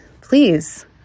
please